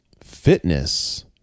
fitness